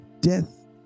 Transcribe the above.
death